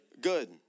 Good